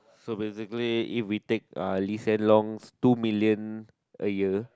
so basically if we take uh Lee-Hsien-Loong two million a year